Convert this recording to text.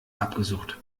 abgesucht